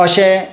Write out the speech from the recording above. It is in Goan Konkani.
अशें